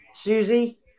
Susie